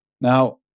Now